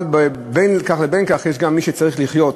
אבל בין כך לבין כך יש גם מי שצריך לחיות,